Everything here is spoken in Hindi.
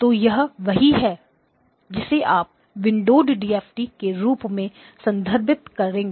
तो यह वही है जिसे आप विंडोएड डीएफटी के रूप में संदर्भित करेंगे